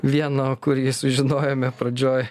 vieno kurį sužinojome pradžioj